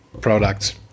products